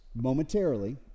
momentarily